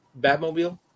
Batmobile